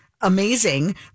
amazing